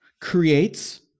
creates